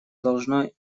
должно